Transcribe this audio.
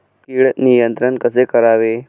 कीड नियंत्रण कसे करावे?